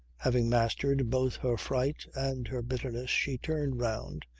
having mastered both her fright and her bitterness, she turned round,